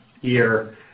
year